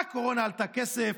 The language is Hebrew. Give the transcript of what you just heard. הקורונה עלתה כסף,